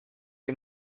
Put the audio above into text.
que